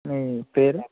మీ పేరు